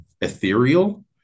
ethereal